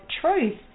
truth